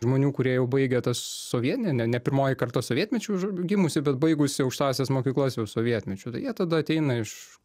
žmonių kurie jau baigė tas sovie ne ne pirmoji karta sovietmečiu gimusi bet baigusi aukštąsias mokyklas jau sovietmečiu tai jie tada ateina iš